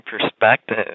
perspective